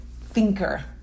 thinker